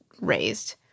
raised